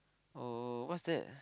oh what's that